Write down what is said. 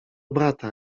brata